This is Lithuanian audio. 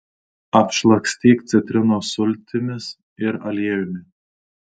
apšlakstyk citrinos sultimis ir aliejumi